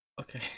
Okay